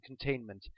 containment